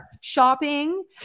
shopping